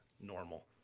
normal